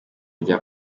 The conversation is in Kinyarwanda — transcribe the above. rya